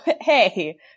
hey